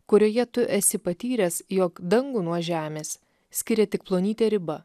kurioje tu esi patyręs jog dangų nuo žemės skiria tik plonytė riba